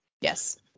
Yes